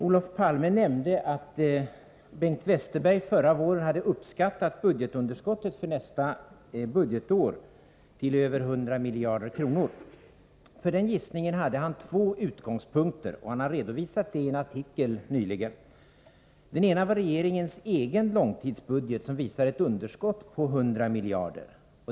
Olof Palme nämnde att Bengt Westerberg förra våren hade beräknat budgetunderskottet för nästkommande budgetår till över 100 miljarder kronor. För den gissningen hade han två utgångspunkter — han har redovisat det i en artikel nyligen. Den ena var regeringens egen långtidsbudget, som visade ett underskott på 100 miljarder.